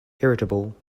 irritable